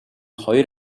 хоёр